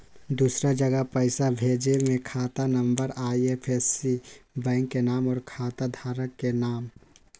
दूसरा जगह पईसा भेजे में खाता नं, आई.एफ.एस.सी, बैंक के नाम, और खाता धारक के नाम?